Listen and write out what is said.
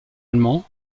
allemand